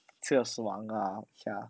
吃得爽啊等一下啊